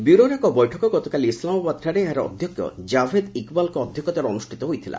ବ୍ୟୁରୋର ଏକ ବୈଠକ ଗତକାଲି ଇସଲାମାବାଦ୍ଠାରେ ଏହାର ଅଧ୍ୟକ୍ଷ ଜାଭେଦ୍ ଇକ୍ବାଲଙ୍କ ଅଧ୍ୟକ୍ଷତାରେ ଅନୁଷ୍ଠିତ ହୋଇଥିଲା